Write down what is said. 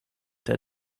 der